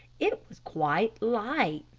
it was quite light.